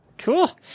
Cool